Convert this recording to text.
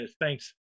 thanks